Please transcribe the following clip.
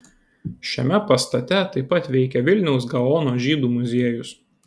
šiame pastate taip pat veikia vilniaus gaono žydų muziejus